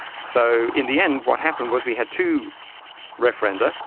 so in the end what happened was we had two referenda.